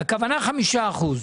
הכוונה ל-5%.